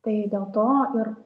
tai dėl to ir